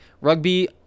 Rugby